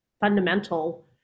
fundamental